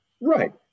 Right